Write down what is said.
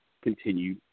Continue